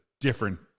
different